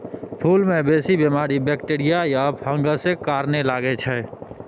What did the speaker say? फुल मे बेसी बीमारी बैक्टीरिया या फंगसक कारणेँ लगै छै